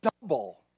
double